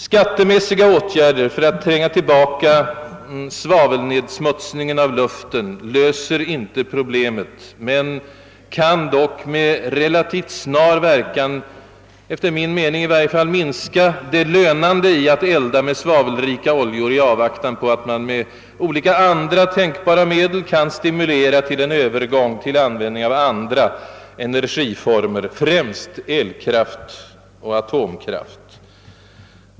Skattemässiga åtgärder för att tränga tillbaka svavelnedsmutsningen av luften löser inte problemen men kan dock med relativt snar verkan, enligt min mening 1 varje fall, minska det lönande i att elda med svavelrika oljor. Man kan och bör göra detta i avvaktan på att man med olika andra tänkbara medel kan stimulera till övergång till användning av andra energiformer, främst elkraft och atomkraft.